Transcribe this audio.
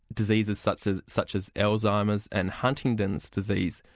diseases such as such as alzheimer's and huntingdon's disease,